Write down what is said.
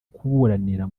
kuburanira